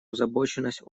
озабоченность